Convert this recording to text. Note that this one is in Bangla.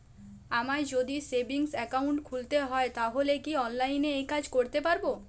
আমায় যদি সেভিংস অ্যাকাউন্ট খুলতে হয় তাহলে কি অনলাইনে এই কাজ করতে পারবো?